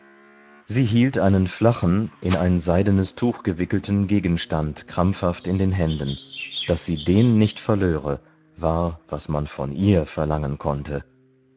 sie hielt einen flachen in ein seidenes tuch gewickelten gegenstand krampfhaft in den händen daß sie den nicht verlöre war was man von ihr verlangen konnte